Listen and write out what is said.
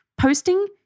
posting